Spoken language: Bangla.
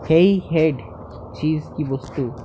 হেড চিজ কি বস্তু